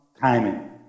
timing